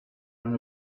earn